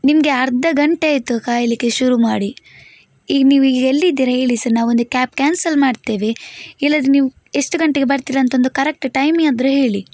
ನಿಮಗೆ ಅರ್ಧ ಗಂಟೆ ಆಯಿತು ಕಾಯಲಿಕ್ಕೆ ಶುರು ಮಾಡಿ ಈಗ ನೀವು ಈಗ ಎಲ್ಲಿದ್ದೀರಾ ಹೇಳಿ ಸರ್ ನಾವೊಂದು ಕ್ಯಾಬ್ ಕ್ಯಾನ್ಸಲ್ ಮಾಡ್ತೇವೆ ಇಲ್ಲಾದ್ರೆ ನೀವು ಎಷ್ಟು ಗಂಟೆಗೆ ಬರ್ತೀರಂತ ಒಂದು ಕರೆಕ್ಟ್ ಟೈಮ್ ಆದರೂ ಹೇಳಿ